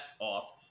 off